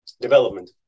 development